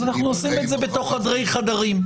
אז אנחנו עושים את זה בתוך חדרי חדרים.